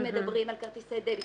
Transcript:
אם מדברים על כרטיסי דבי.